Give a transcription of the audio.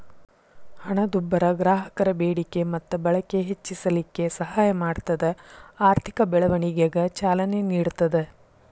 ಹಣದುಬ್ಬರ ಗ್ರಾಹಕರ ಬೇಡಿಕೆ ಮತ್ತ ಬಳಕೆ ಹೆಚ್ಚಿಸಲಿಕ್ಕೆ ಸಹಾಯ ಮಾಡ್ತದ ಆರ್ಥಿಕ ಬೆಳವಣಿಗೆಗ ಚಾಲನೆ ನೇಡ್ತದ